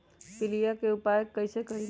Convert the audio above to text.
पीलिया के उपाय कई से करी?